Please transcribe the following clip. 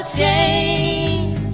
change